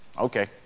Okay